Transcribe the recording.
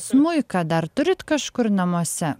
smuiką dar turit kažkur namuose